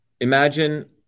Imagine